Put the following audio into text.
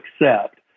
accept